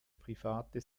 private